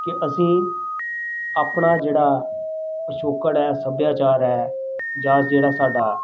ਕਿ ਅਸੀਂ ਆਪਣਾ ਜਿਹੜਾ ਪਿਛੋਕੜ ਹੈ ਸੱਭਿਆਚਾਰ ਹੈ ਜਾਂ ਜਿਹੜਾ ਸਾਡਾ